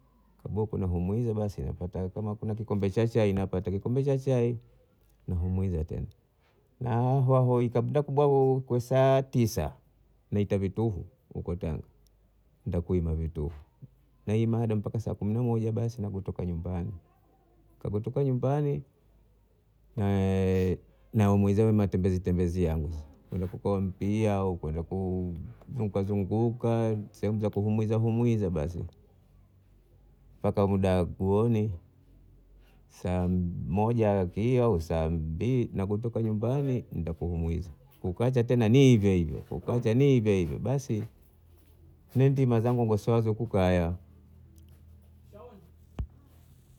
Kaboko naku muiza basi napata kama kuna kikombe cha chai napata kikombe cha chai na humuiza tena na hao hoi kapata kubwaho ku saa tisa naita vituhu huku tanga ntaenda kuiva vituhu nae mada mpaka saa kumi na moja basi nakutoka nyumbani, kakutoka nyumbani nae muhiza mwi matembezi tembezi yangu sasa nikuko mpiya kwenye kuu- kuzunguka sehemu za kuhumuiza muiza basi mpaka muda wa kuone saa moja kia au saa mbili nakutoka nyumbani ntakumuiza kukacha tena ni hivyo hivyo kukacha ni hivyo hivyo basi me ndima zangu kusongwazo kukaya